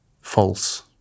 false